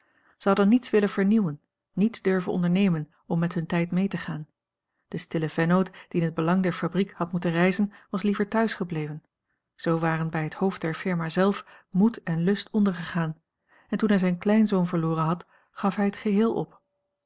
zij hadden niets willen vernieuwen niets durven ondernemen om met hun tijd mee te gaan de stille vennoot die in het belang der fabriek had moeten reizen was liever thuis gebleven zoo waren bij het hoofd der firma zelf moed en lust ondergegaan en toen hij zijn kleinzoon verloren had gaf hij het geheel op